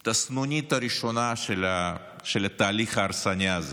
את הסנונית הראשונה של התהליך ההרסני הזה.